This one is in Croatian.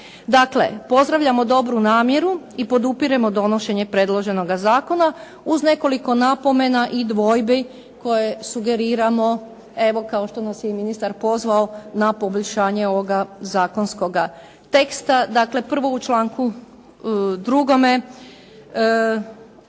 Dakle, pozdravljamo dobru namjeru i podupiremo donošenje predloženog zakona uz nekoliko napomena i dvojbi koje sugeriramo evo kao što nas je ministar pozvao na poboljšanje ovoga zakonskoga teksta. Dakle, prvo u članku 2.